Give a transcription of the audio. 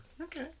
Okay